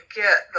get